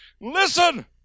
Listen